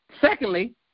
Secondly